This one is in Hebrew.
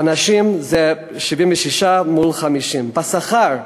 בנשים זה 76% מול 50%. בשכר,